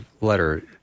letter